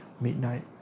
midnight